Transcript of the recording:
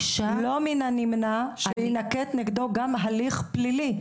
הענישה --- לא מן הנמנע שיינקט נגדו גם הליך פלילי,